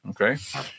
Okay